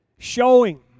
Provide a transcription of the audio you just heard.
Showing